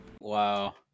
Wow